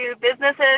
businesses